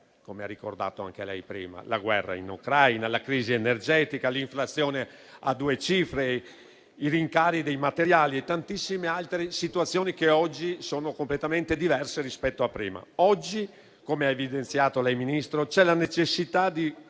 come ha ricordato anche il Ministro prima - la guerra in Ucraina, la crisi energetica, l'inflazione a due cifre, i rincari dei materiali e tantissime altre situazioni che oggi sono completamente diverse rispetto a prima. Oggi - come ha evidenziato lei, signor Ministro - c'è la necessità di